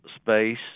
space